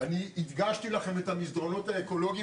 אני הדגשתי לכם את המסדרונות האקולוגיים